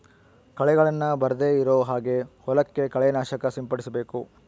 ಕಳೆಗಳನ್ನ ಬರ್ದೆ ಇರೋ ಹಾಗೆ ಹೊಲಕ್ಕೆ ಕಳೆ ನಾಶಕ ಸಿಂಪಡಿಸಬೇಕು